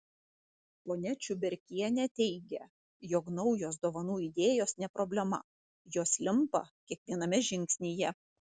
ponia čiuberkienė teigia jog naujos dovanų idėjos ne problema jos limpa kiekviename žingsnyje